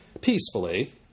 peacefully